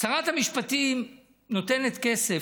שרת המשפטים נותנת כסף,